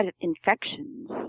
infections